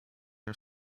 are